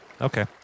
okay